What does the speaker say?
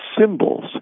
symbols